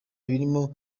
birimo